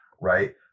right